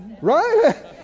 right